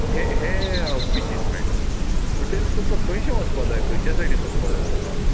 हे हे बिचीस मेळटात म्हणटकीच तुमका खंय वचपा जाय खंयचे सायडीन वचपा जाय तुमका